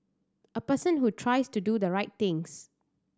a person who tries to do the right things